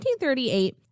1938